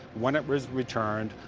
when it was returned,